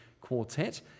Quartet